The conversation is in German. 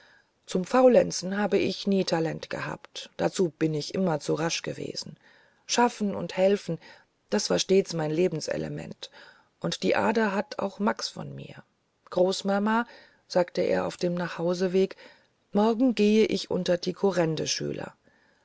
zum faulenzen habe ich nie talent gehabt dazu bin ich immer zu rasch gewesen schaffen und helfen das war stets mein lebenselement und die ader hat auch max von mir großmama sagte er auf dem nachhauseweg morgen gehe ich unter die